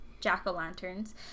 jack-o'-lanterns